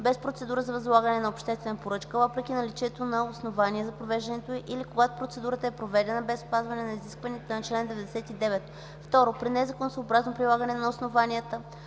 без процедура за възлагане на обществена поръчка въпреки наличието на основание за провеждането й или когато процедурата е проведена без спазване на изискването на чл. 99; 2. при незаконосъобразно прилагане на основанията